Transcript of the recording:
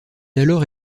alors